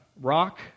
rock